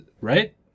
right